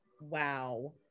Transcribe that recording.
wow